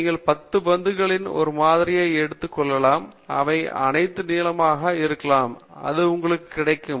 நீங்கள் 10 பந்துகளில் ஒரு மாதிரியை எடுத்துக் கொள்ளலாம் அவை அனைத்தும் நீலமாக இருந்தால் அதுவே உங்களுக்கு கிடைக்கும்